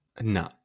No